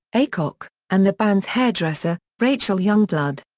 aycock, and the band's hairdresser, rachel youngblood.